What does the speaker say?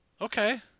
Okay